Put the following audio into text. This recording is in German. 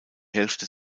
hälfte